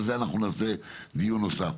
על זה אנחנו נעשה דיון נוסף.